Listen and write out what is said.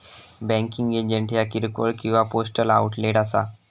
banking agent ह्या किरकोळ किंवा पोस्टल आउटलेट असा